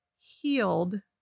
healed